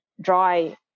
dry